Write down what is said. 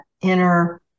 inner